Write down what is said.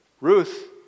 Ruth